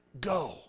go